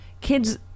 kids